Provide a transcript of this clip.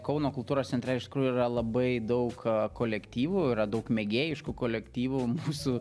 kauno kultūros centre iš tikrųjų yra labai daug kolektyvų yra daug mėgėjiškų kolektyvų mūsų